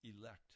elect